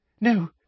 No